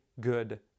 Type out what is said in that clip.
good